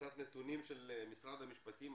קצת נתונים של משרד המשפטים.